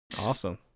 Awesome